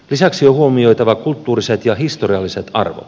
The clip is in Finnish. lisäksi on huomioitava kulttuuriset ja historialliset arvot